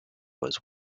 was